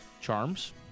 charms